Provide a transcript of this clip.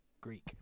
Greek